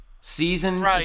Season